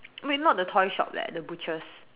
wait not the toy shop leh the butcher's